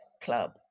Club